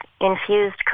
infused